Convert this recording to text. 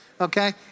Okay